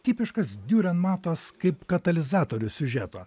tipiškas diurenmatas kaip katalizatorius siužeto